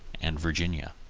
and virginia.